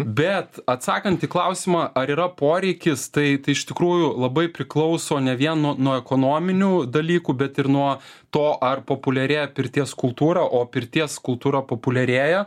bet atsakant į klausimą ar yra poreikis tai iš tikrųjų labai priklauso ne vien nuo nuo ekonominių dalykų bet ir nuo to ar populiarėja pirties kultūra o pirties kultūra populiarėja